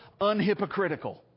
unhypocritical